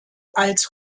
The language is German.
als